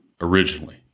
originally